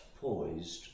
poised